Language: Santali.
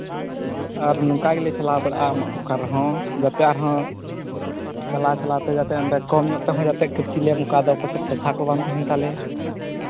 ᱟᱨ ᱱᱚᱝᱠᱟ ᱜᱮᱞᱮ ᱪᱟᱞᱟᱣ ᱵᱟᱲᱟᱜᱼᱟ ᱟᱢᱟᱜ ᱫᱚᱠᱟᱱ ᱨᱮᱦᱚᱸ ᱡᱟᱛᱮ ᱟᱨᱦᱚᱸ ᱪᱟᱞᱟᱣ ᱪᱟᱞᱟᱣ ᱛᱮᱦᱚᱸ ᱡᱟᱛᱮ ᱠᱚᱢ ᱧᱚᱜ ᱛᱮᱦᱚᱸ ᱡᱟᱛᱮ ᱠᱟᱹᱢᱪᱤ ᱞᱮᱢ ᱚᱱᱠᱟ ᱫᱚ ᱯᱟᱥᱮᱡ ᱯᱚᱭᱥᱟ ᱠᱚ ᱵᱟᱝ ᱛᱟᱦᱮᱱ ᱛᱟᱞᱮ